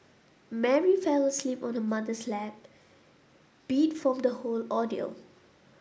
Mary fell asleep on her mother's lap beat from the whole ordeal